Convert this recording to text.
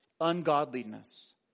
ungodliness